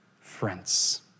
friends